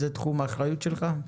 זה תחום האחריות שלך?